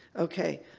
okay.